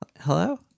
hello